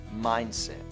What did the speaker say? mindset